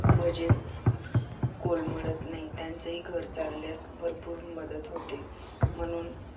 budget कोलमडत नाही त्यांचंही घर चालण्यास भरपूर मदत होते म्हणून